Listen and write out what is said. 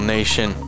Nation